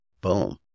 Boom